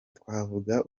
twavuga